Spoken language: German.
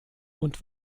und